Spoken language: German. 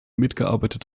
mitgearbeitet